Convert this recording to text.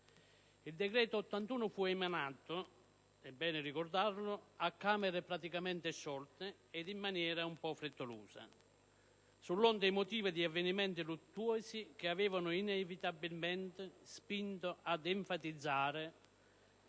Il decreto n. 81 fu emanato - è bene ricordarlo - a Camere praticamente sciolte ed in maniera un po' frettolosa, sull'onda emotiva di avvenimenti luttuosi che avevano inevitabilmente spinto ad enfatizzare